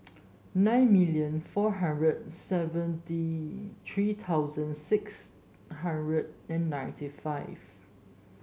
nine million four hundred seventy three thousand six hundred and ninety five